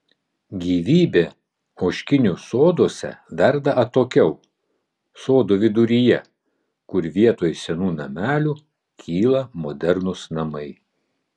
gyvybė ožkinių soduose verda atokiau sodų viduryje kur vietoj senų namelių kyla modernūs namai